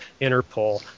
Interpol